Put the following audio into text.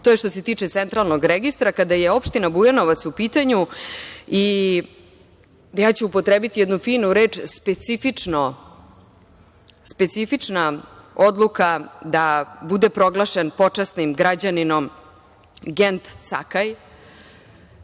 To je što se tiče centrlanog registra. Kada je opština Bujanovac u pitanju, upotrebiću jednu finu reč, i speficična odluka da bude proglašen počasnim građaninom Gent Cakaj,